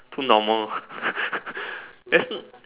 too normal that's not